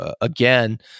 again